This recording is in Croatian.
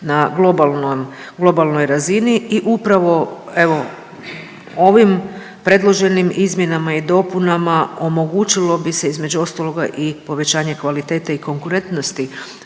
globalnoj razini i upravo evo ovim predloženim izmjenama i dopunama omogućilo bi se između ostaloga i povećanje kvalitete i konkurentnosti